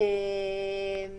אדוני היושב-ראש,